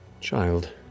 child